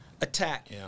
attack